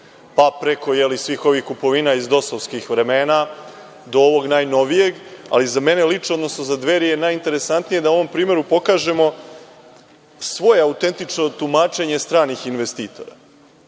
pa preko svih ovih kupovina iz dosovskih vremena, do ovog najnovijeg. Ali, za mene lično, odnosno za Dveri je najinteresantnije da na ovom primeru pokažemo svoje autentično tumačenje stranih investitora.